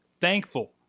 thankful